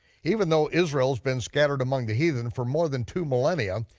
even though israel's been scattered among the heathen for more than two millennia,